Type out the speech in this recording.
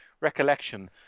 recollection